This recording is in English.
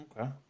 Okay